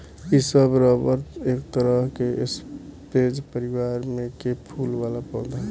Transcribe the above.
इ सब रबर एक तरह के स्परेज परिवार में के फूल वाला पौधा ह